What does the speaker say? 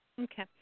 Okay